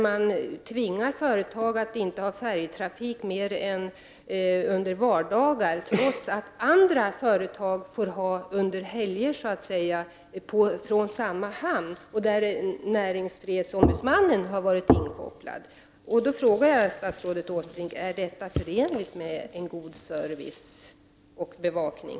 Man tvingar företag att ha färjetrafik enbart på vardagar trots att andra företag från samma hamnar får driva färjetrafik även under helger. Näringsfrihetsombudsmannen har varit inkopplad på detta. Jag frågar således statsrådet Åsbrink om detta är förenligt med god service och bevakning.